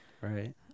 right